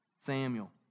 Samuel